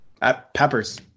Peppers